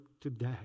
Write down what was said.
today